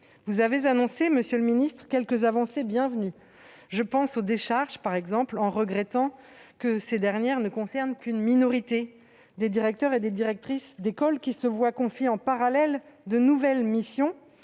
Vous avez annoncé, monsieur le ministre, quelques avancées bienvenues : je pense aux décharges, par exemple, en regrettant que ces dernières ne concernent qu'une minorité des directeurs et directrices d'école, qui se voient confier en parallèle de nouvelles missions.